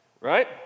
right